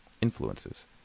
influences